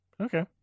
Okay